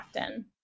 often